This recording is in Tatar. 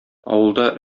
авылда